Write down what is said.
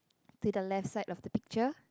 to the left side of the picture